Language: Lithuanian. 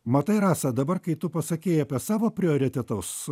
matai rasa dabar kai tu pasakei apie savo prioritetus